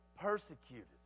persecuted